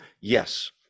yes